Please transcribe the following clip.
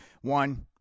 One